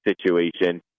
situation